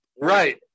Right